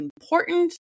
important